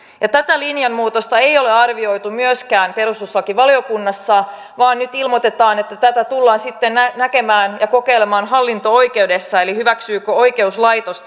tätä linjanmuutosta ei ole arvioitu myöskään perustuslakivaliokunnassa vaan nyt ilmoitetaan että tullaan sitten näkemään ja kokeilemaan hallinto oikeudessa hyväksyykö oikeuslaitos